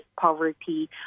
poverty